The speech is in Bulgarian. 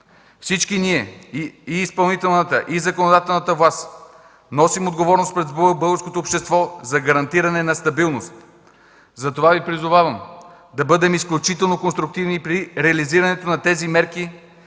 Всички ние – изпълнителната и законодателната власт, носим отговорност пред българското общество за гарантиране на стабилност. Затова Ви призовавам да бъдем изключително конструктивни при реализирането на тези мерки